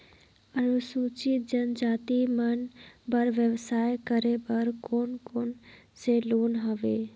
अनुसूचित जनजाति मन बर व्यवसाय करे बर कौन कौन से लोन हवे?